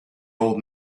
old